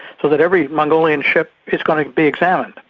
so that every mongolian ship is going to be examined.